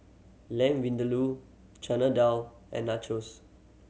Lamb Vindaloo Chana Dal and Nachos